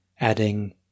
adding